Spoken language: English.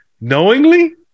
knowingly